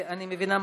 אני מבינה,